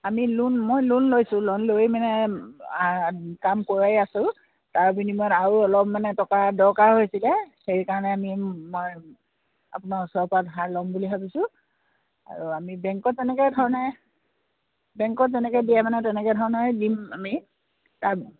আমি লোন মই লোন লৈছোঁ লোন লৈ মানে কাম কৰাই আছোঁ তাৰ বিনিময়ত আৰু অলপ মানে টকা দৰকাৰ হৈ হৈছিলে সেইকাৰণে আমি মই আপোনাৰ ওচৰৰ পৰা ধাৰ ল'ম বুলি ভাবিছোঁ আৰু আমি বেংকত তেনেকে ধৰণে বেংকত যেনেকে দিয়ে মানে তেনেকে ধৰণে দিম আমি তাৰ